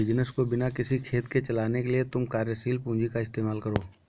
business को बिना किसी खेद के चलाने के लिए तुम कार्यशील पूंजी का इस्तेमाल करो